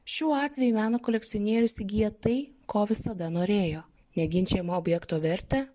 šiuo atveju meno kolekcionierius įgyja tai ko visada norėjo neginčijamą objekto vertę